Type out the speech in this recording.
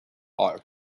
are